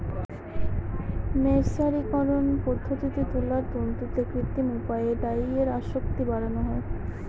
মের্সারিকরন পদ্ধতিতে তুলার তন্তুতে কৃত্রিম উপায়ে ডাইয়ের আসক্তি বাড়ানো হয়